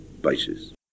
basis